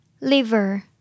Liver